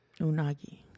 Unagi